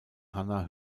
hannah